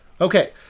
Okay